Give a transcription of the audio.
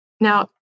Now